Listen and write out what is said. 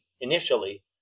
initially